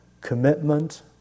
commitment